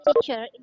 teacher